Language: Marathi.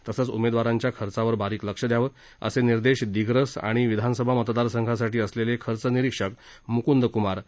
तसेच उमेदवारांच्या खर्चावर बारीक लक्ष दयावे असे निर्देश दिग्रस आणि आर्णि विधानसभा मतदारसंघासाठी असलेले खर्च निरीक्षक मुकूंदक्मार यांनी दिले